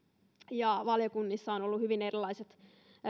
ja valiokunnissa on ollut hyvin erilaiset